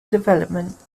development